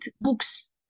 books